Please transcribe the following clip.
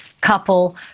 couple